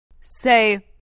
Say